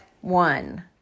one